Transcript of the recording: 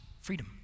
freedom